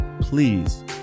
please